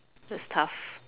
that's tough